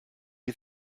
you